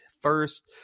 First